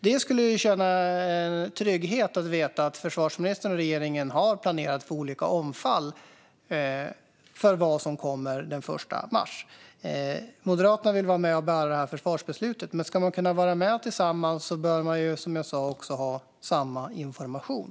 Det skulle kännas tryggt att veta att försvarsministern och regeringen har planerat för olika omfall inför vad som kommer den 1 mars. Moderaterna vill vara med och bära detta försvarsbeslut, men ska man kunna göra det tillsammans bör man, som jag sa, ha samma information.